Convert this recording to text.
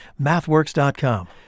MathWorks.com